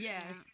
Yes